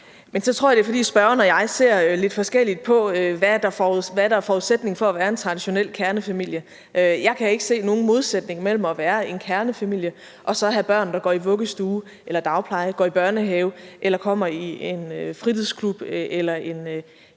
Men så tror jeg, det er, fordi spørgeren og jeg ser lidt forskelligt på, hvad der er forudsætningen for at være en traditionel kernefamilie. Jeg kan ikke se nogen modsætning mellem at være en kernefamilie og så have børn, der går i vuggestue eller dagpleje, går i børnehave, kommer i en fritidsklub, i en